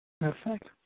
Perfect